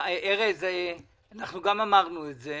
אנחנו גם אמרנו את זה